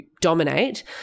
dominate